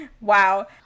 wow